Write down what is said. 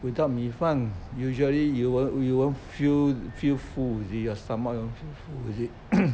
without 米饭 usually you won't you won't feel feel full you see your stomach won't feel full you see